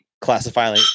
classifying